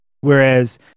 whereas